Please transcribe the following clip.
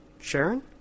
Sharon